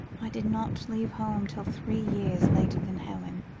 i did not leave home till three years later than helen.